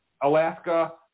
alaska